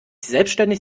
selbstständig